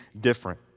different